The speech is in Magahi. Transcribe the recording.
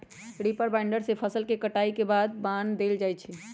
रीपर बाइंडर से फसल के कटाई के बाद बान देल जाई छई